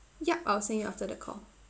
yup I will send you after the call